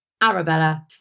Arabella